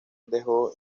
dejó